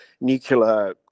nuclear